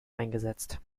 eingesetzt